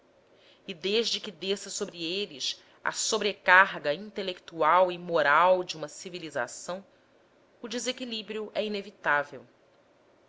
e desde que desça sobre eles a sobrecarga intelectual e moral de uma civilização o desequilíbrio é inevitável